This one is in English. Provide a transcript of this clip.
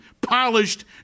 polished